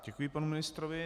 Děkuji panu ministrovi.